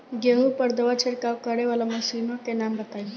गेहूँ पर दवा छिड़काव करेवाला मशीनों के नाम बताई?